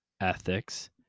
ethics